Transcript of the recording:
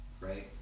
Right